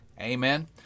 Amen